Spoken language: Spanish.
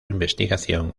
investigación